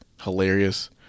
hilarious